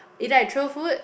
either I throw food